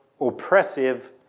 oppressive